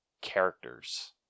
characters